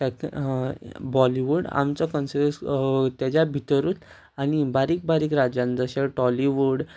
बॉलीवूड आमचो तेज्या भितरूच आनी बारीक बारीक राज्यान जशे टॉलीवूड